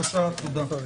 תודה.